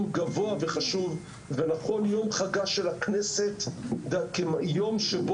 יחד כיצד